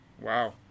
Wow